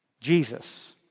Jesus